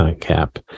cap